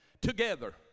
together